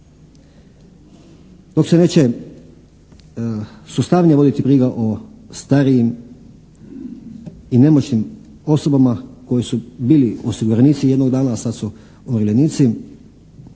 dok se neće sustavnije voditi briga o starijim i nemoćnim osobama koji su bili osiguranici jednog dana, a sad su umirovljenici.